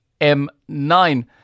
M9